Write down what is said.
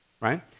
Right